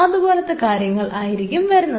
അതുപോലത്തെ കാര്യങ്ങൾ ആയിരിക്കും വരുന്നത്